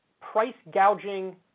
price-gouging